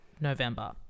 November